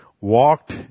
walked